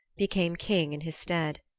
became king in his stead.